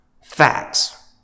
facts